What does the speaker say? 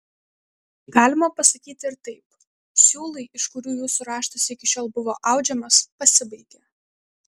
galima pasakyti ir taip siūlai iš kurių jūsų raštas iki šiol buvo audžiamas pasibaigė